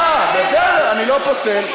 אה, בסדר, אני לא פוסל.